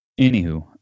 anywho